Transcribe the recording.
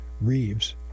Reeves